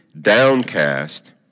downcast